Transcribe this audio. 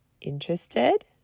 Interested